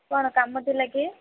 କ'ଣ କାମ ଥିଲା କି